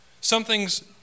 Something's